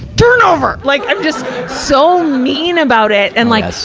turn over! like i'm just so mean about it. and like,